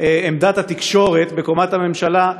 עמדת התקשורת בקומת הממשלה,